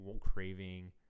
craving